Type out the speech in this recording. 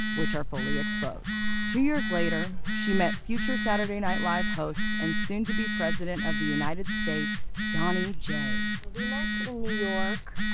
which are fully exposed. two years later, she met future saturday night live host and soon-to-be president of the united states, donny j. we met in new york,